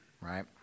right